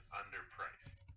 underpriced